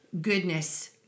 goodness